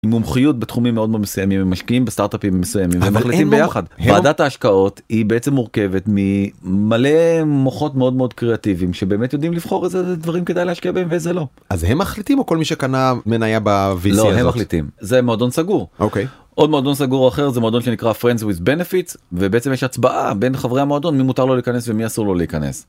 מומחיות בתחומים מאוד מאוד מסוימים, הם משקיעים בסטארטאפים מסוימים והם מחליטים ביחד. ועדת ההשקעות היא בעצם מורכבת ממלא מוחות מאוד מאוד קריאטיביים שבאמת יודעים לבחור איזה דברים כדאי להשקיע בהם ואיזה לא. אז הם מחליטים או כל מי שקנה מניה בוויזיה הזאת. לא, הם מחליטים, זה מועדון סגור. עוד מועדון סגור אחר זה מועדון שנקרא friends with benefits ובעצם יש הצבעה בין חברי המועדון מי מותר לו להיכנס ומי אסור לו להיכנס.